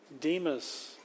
Demas